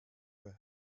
were